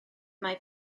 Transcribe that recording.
mae